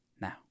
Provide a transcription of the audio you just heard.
now